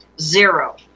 zero